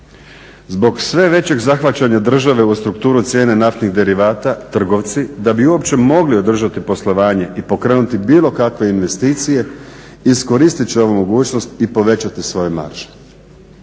Zbog sve većeg zahvaćanja države u strukturu cijene naftnih derivata, trgovci da bi uopće mogli održati poslovanje i pokrenuti bilo kakve investicije iskoristit ću ovu mogućnost i povećati svoje marže.